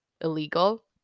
illegal